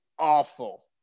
awful